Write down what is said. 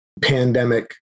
pandemic